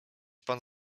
pan